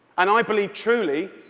and i believe truly,